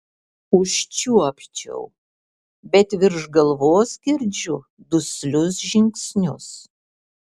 užčiuopčiau bet virš galvos girdžiu duslius žingsnius